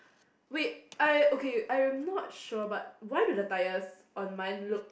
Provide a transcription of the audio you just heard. wait I okay I am not sure but why do the tires on mine look